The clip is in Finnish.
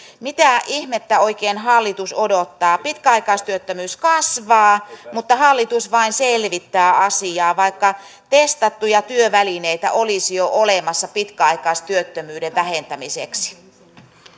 mitä ihmettä hallitus oikein odottaa pitkäaikaistyöttömyys kasvaa mutta hallitus vain selvittää asiaa vaikka testattuja työvälineitä olisi jo olemassa pitkäaikaistyöttömyyden vähentämiseksi